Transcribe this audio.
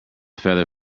feather